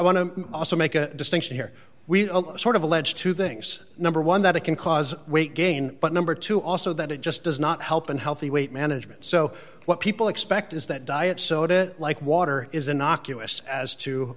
to also make a distinction here we sort of allege two things number one that it can cause weight gain but number two also that it just does not help in healthy weight management so what people expect is that diet soda like water is an oculus as to